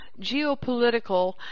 geopolitical